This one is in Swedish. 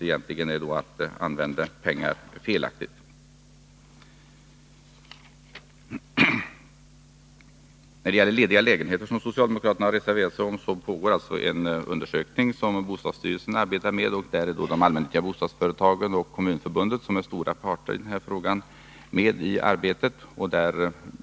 Det skulle innebära att man använde pengar på ett felaktigt sätt. När det gäller en utredning om lediga lägenheter har socialdemokraterna reserverat sig. Bostadsstyrelsen genomför nu en undersökning, där de allmännyttiga bostadsföretagen och Kommunförbundet — som är stora parter i den här frågan — är med i arbetet.